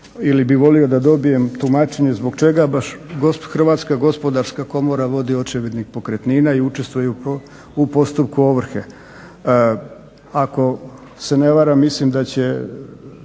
ili bih volio da dobijem tumačenje zbog čega baš Hrvatska gospodarska komora vodi očevidnik pokretnina i učestvuje u postupku ovrhe. Ako se ne varam, mislim da smo